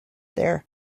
there